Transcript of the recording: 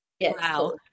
Wow